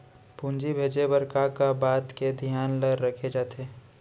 पूंजी भेजे बर का का बात के धियान ल रखे जाथे?